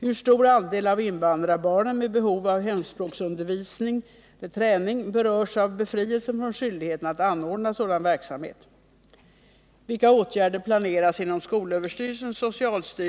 Hur stor andel av invandrarbarnen med behov av hemspråksundervisning/träning berörs av befrielsen från skyldigheten att anordna sådan verksamhet?